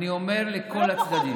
אני אומר לכל הצדדים.